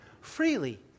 freely